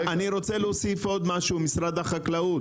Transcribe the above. אני רוצה להוסיף עוד משהו, משרד החקלאות.